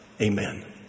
amen